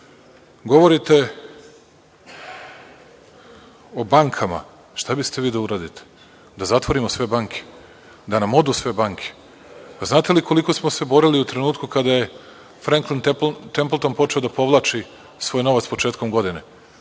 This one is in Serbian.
bavite. Govorite o bankama. Šta biste vi da uradite? Da zatvorimo sve banke? Da nam odu sve banke? Znate li koliko smo se borili u trenutku kada je Frenklin Templton počeo da povlači svoj novac početkom godine,